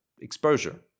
exposure